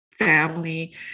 family